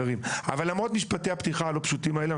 למרות משפטי הפתיחה הלא פשוטים האלה,